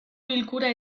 bilkura